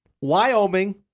Wyoming